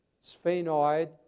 sphenoid